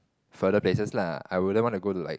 further places lah I wouldn't want to go to like